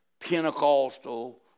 Pentecostal